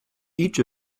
each